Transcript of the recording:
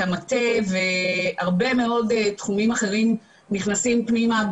המטה והרבה מאוד תחומים אחרים נכנסים פנימה,